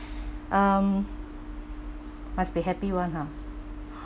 um must be happy [one] ha